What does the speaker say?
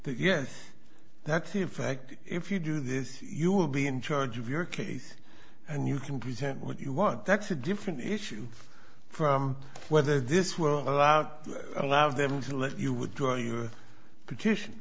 that yes that's in fact if you do this you will be in charge of your case and you can present what you want that's a different issue from whether this well out allows them to let you would draw your petition